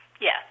Yes